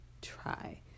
try